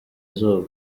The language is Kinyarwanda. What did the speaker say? izuba